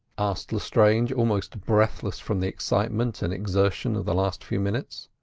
asked lestrange, almost breathless from the excitement and exertion of the last few minutes.